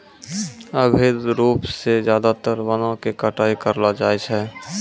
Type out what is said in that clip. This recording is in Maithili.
अवैध रूप सॅ ज्यादातर वनों के कटाई करलो जाय छै